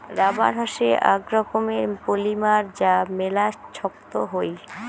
rubber হসে আক রকমের পলিমার যা মেলা ছক্ত হই